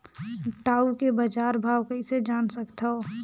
टाऊ के बजार भाव कइसे जान सकथव?